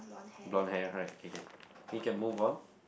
blonde hair alright K can we can move on